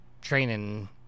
training